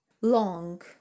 long